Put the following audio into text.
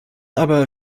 aber